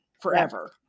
forever